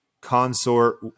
consort